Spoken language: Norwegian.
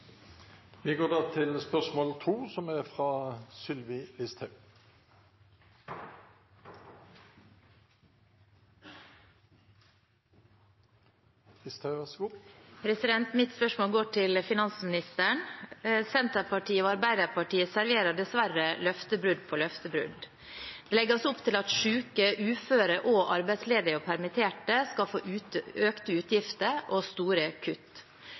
Vi går til neste hovedspørsmål. Mitt spørsmål går til finansministeren. Senterpartiet og Arbeiderpartiet serverer dessverre løftebrudd på løftebrudd. Det legges opp til at syke, uføre, arbeidsledige og permitterte skal få økte utgifter og store kutt.